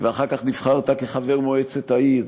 ואחר כך נבחרת לחבר מועצת העיר,